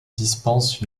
dispensent